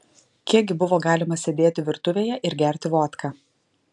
kiek gi buvo galima sėdėti virtuvėje ir gerti vodką